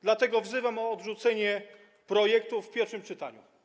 Dlatego wzywam do odrzucenia projektu w pierwszym czytaniu.